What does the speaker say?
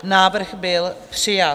Návrh byl přijat.